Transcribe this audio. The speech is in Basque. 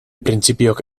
printzipioak